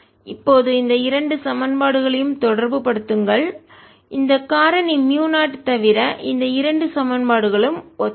இப்போது இந்த இரண்டு சமன்பாடுகளையும் தொடர்பு படுத்துங்கள் இந்த காரணி மியூ0 தவிர இந்த இரண்டு சமன்பாடுகளும் ஒத்தவை